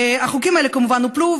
החוקים האלה כמובן הופלו,